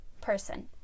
person